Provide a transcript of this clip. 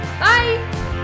Bye